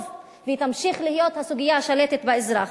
והיא תמשיך להיות הסוגיה השלטת אצל האזרח.